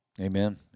Amen